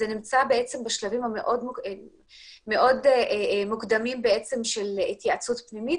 זה נמצא בשלבים המאוד מוקדמים של התייעצות פנימית,